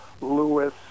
Lewis